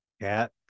Cat